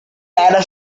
how